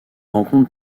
rencontrent